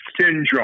Syndrome